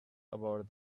about